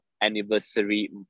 anniversary